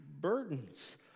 burdens